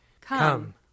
Come